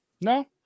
No